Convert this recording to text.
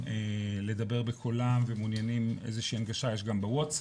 לדבר בקולם ומעוניינים באיזו שהיא הנגשה יש גם בווצאפ,